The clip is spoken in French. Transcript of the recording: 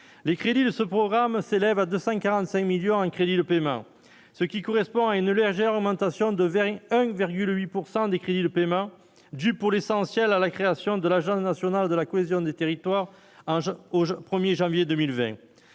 les crédits de ce programme s'élève à 245 millions en crédits de paiement, ce qui correspond à une légère augmentation de 20 1 8 pourcent des crédits de paiement due pour l'essentiel à la création de l'Agence nationale de la cohésion des territoires en jeu au 1er janvier 2020,